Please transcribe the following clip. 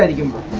and gamble